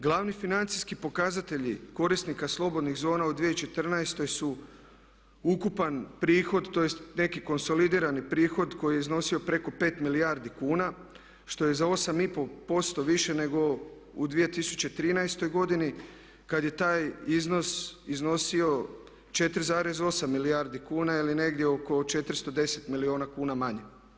Glavni financijski pokazatelji korisnika slobodnih zona u 2014. su ukupan prihod tj. neki konsolidirani prihod koji je iznosio preko 5 milijardi kuna, što je za 8,5% više nego u 2013. godini kad je taj iznos iznosio 4,8 milijardi kuna ili negdje oko 410 milijuna kuna manje.